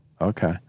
Okay